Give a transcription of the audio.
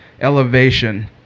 elevation